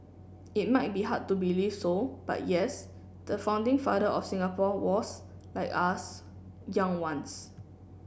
it might be hard to believe so but yes the founding father of Singapore was like us young once